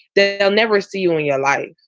then they'll never see you in your life.